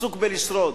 עסוק בלשרוד.